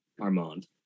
Armand